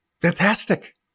fantastic